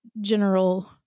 general